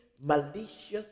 malicious